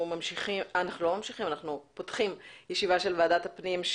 אנחנו פותחים ישיבה של ועדת הפנים,